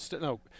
no